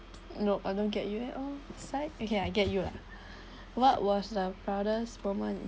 no I don't get you at all okay I get you lah what was the proudest moment